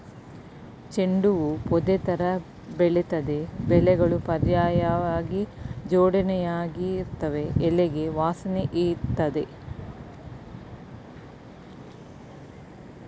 ಚೆಂಡು ಹೂ ಪೊದೆತರ ಬೆಳಿತದೆ ಎಲೆಗಳು ಪರ್ಯಾಯ್ವಾಗಿ ಜೋಡಣೆಯಾಗಿರ್ತವೆ ಎಲೆಗೆ ವಾಸನೆಯಿರ್ತದೆ